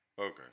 Okay